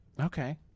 Okay